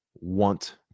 want